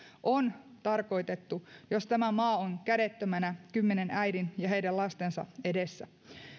on tarkoitettu jos tämä maa on kädettömänä kymmenen äidin ja heidän lastensa edessä